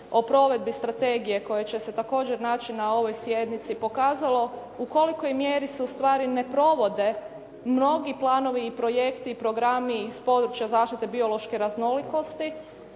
o provedbi strategije koje će se također naći na ovoj sjednici, pokazalo u kolikoj mjeri se ustvari ne provode mnogi planovi i projekti i programi iz područja zaštite biološke raznolikosti